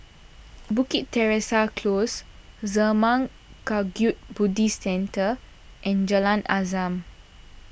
Bukit Teresa Close Zurmang Kagyud Buddhist Centre and Jalan Azam